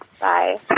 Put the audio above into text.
Bye